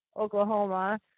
Oklahoma